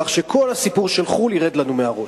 כך שכל הסיפור של חו"ל ירד לנו מהראש.